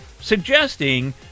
suggesting